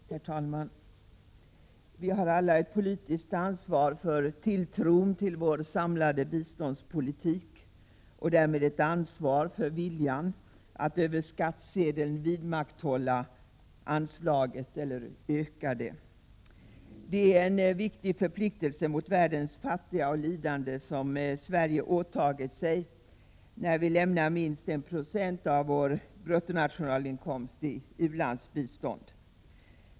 Herr talman! Vi har alla ett politiskt ansvar för tilltron till vår samlade biståndspolitik och därmed ett ansvar för viljan att över skattsedeln vidmakthålla anslagen eller öka dem. Det är en viktig förpliktelse mot världens fattiga och lidande som Sverige åtagit sig när vi lämnar minst 1 96 av vår bruttonationalinkomst i u-landsbistånd.